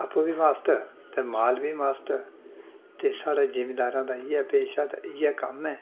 आपूं बी मस्त ते माल बी मस्त ते साढ़े जिमीदारें दा इ'यै पेशा ते इ'यै कम्म ऐ